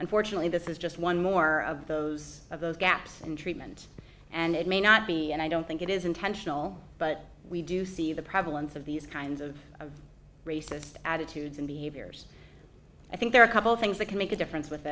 unfortunately this is just one more of those of those gaps in treatment and it may not be and i don't think it is intentional but we do see the prevalence of these kinds of racist attitudes and behaviors i think there are a couple things that can make a difference with